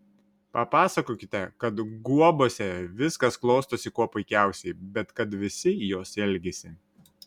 papasakokite kad guobose viskas klostosi kuo puikiausiai bet kad visi jos ilgisi